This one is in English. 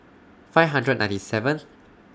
five hundred ninety seven